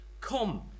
come